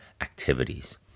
activities